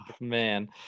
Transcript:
Man